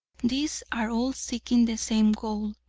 these are all seeking the same goal,